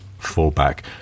fallback